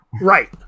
Right